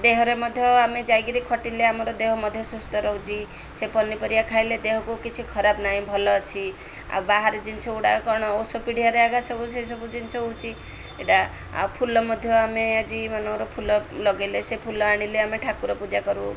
ଦେହରେ ମଧ୍ୟ ଆମେ ଯାଇକିରି ଖଟିଲେ ଆମର ଦେହ ମଧ୍ୟ ସୁସ୍ଥ ରହୁଛି ସେ ପନିପରିବା ଖାଇଲେ ଦେହକୁ କିଛି ଖରାପ ନାହିଁ ଭଲ ଅଛି ଆଉ ବାହାରେ ଜିନିଷ ଗୁଡ଼ାକ କ'ଣ ଔଷପିଡ଼ିଆ ଆରେ ଆଗା ସବୁ ସେସବୁ ଜିନିଷ ହେଉଛି ଏଇଟା ଆଉ ଫୁଲ ମଧ୍ୟ ଆମେ ଆଜି ମାନଙ୍କର ଫୁଲ ଲଗାଇଲେ ସେ ଫୁଲ ଆଣିଲେ ଆମେ ଠାକୁର ପୂଜା କରୁ